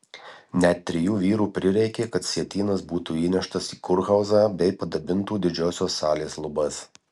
net trijų vyrų prireikė kad sietynas būtų įneštas į kurhauzą bei padabintų didžiosios salės lubas